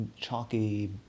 chalky